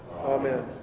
Amen